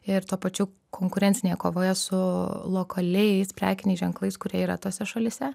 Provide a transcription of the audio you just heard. ir tuo pačiu konkurencinėje kovoje su lokaliais prekiniais ženklais kurie yra tose šalyse